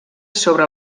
sobre